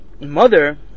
mother